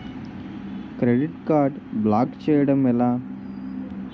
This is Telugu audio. క్రెడిట్ కార్డ్ బ్లాక్ చేయడం ఎలా?